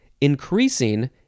increasing